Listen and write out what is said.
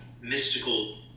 mystical